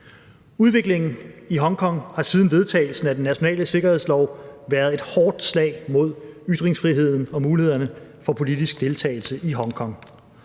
Udviklingen i Hongkong har siden vedtagelsen af den nationale sikkerhedslov været et hårdt slag mod ytringsfriheden og mulighederne for politisk deltagelse i Hongkong.